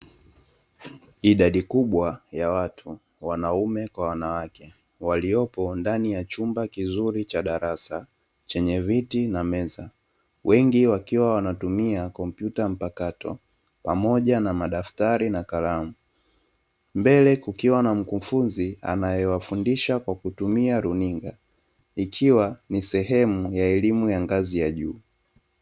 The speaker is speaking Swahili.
Idadi kubwa ya watu, wanaume kwa wanawake waliopo ndani ya chumba kizuri cha darasa, chenye viti na meza, wengi wakiwa wanatumia kompyuta mpakato, pamoja madaftari na kalamu. Mbele kukiwa na mkufunzi anayewafundisha kwa kutumia runinga, ikiwa ni sehemu ya elimu ya ngazi ya juu.